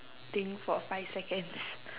think for five seconds